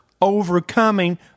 overcoming